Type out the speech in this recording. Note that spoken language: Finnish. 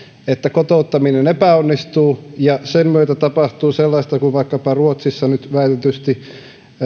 että kotouttaminen epäonnistuu ja sen myötä tapahtuu sellaista kuin vaikkapa ruotsissa nyt väitetysti